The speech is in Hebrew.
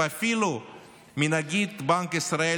ואפילו מנגיד בנק ישראל,